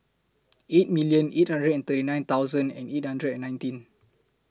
eight million eight hundred and thirty nine thousand and eight hundred and nineteen